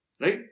Right